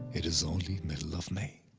it is only middle of may.